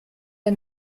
der